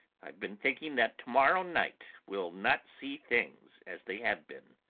i've been thinking that to-morrow night will not see things as they have been.